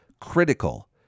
critical